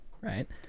Right